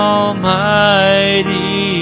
Almighty